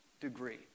degree